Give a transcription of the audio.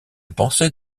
pensée